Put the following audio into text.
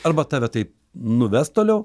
arba tave tai nuves toliau